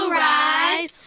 rise